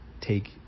Take